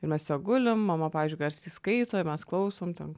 ir mesiog gulim mama pavyzdžiui garsiai skaito ir mes klausom ten